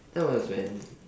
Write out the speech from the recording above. that was when